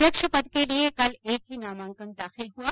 अध्यक्ष पद के लिये कल एक ही नामांकन दाखिल हुआ